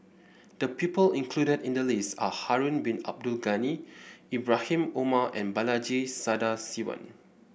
the people included in the list are Harun Bin Abdul Ghani Ibrahim Omar and Balaji Sadasivan